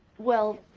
well